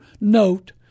note